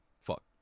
Fuck